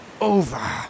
over